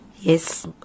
Yes